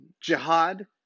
jihad